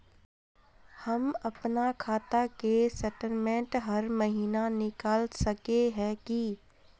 हम अपना खाता के स्टेटमेंट हर महीना निकल सके है की?